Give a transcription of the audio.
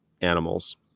animals